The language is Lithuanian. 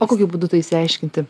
o kokiu būdu tai išsiaiškinti